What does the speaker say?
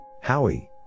Howie